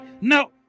No